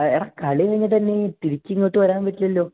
ആ എടാ കളി കഴിഞ്ഞിട്ട് എങ്ങനെ ഈ തിരിച്ചിങ്ങോട്ട് വരാൻ പറ്റുമല്ലോ